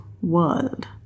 world